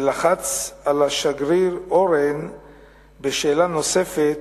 שלחץ על השגריר אורן בשאלה נוספת: